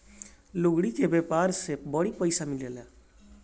लुगदी के व्यापार से बड़ी पइसा मिलेला